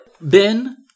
Ben